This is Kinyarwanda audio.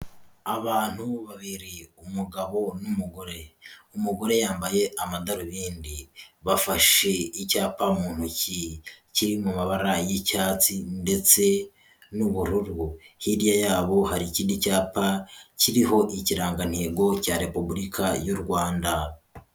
Abantu babiri umugabo n'umugore, umugore yambaye amadarubindi, bafashe icyapa mu ntoki kiri mu mabara y'icyatsi ndetse n'ubururu, hirya yabo hari ikindi cyapa kiriho ikirangantego cya Repubulika y'u Rwanda.